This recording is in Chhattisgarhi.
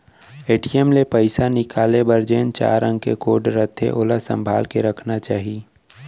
ए.टी.एम ले पइसा निकाले बर जेन चार अंक के कोड रथे ओला संभाल के रखना चाही